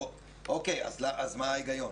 אוקיי, אז מה ההיגיון?